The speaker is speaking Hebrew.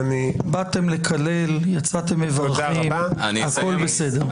באתם לקלל יצאתם מברכים, הכול בסדר.